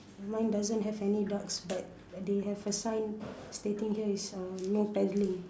mine doesn't have any ducks but they have a sign stating here is uh no paddling